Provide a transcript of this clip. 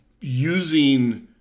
using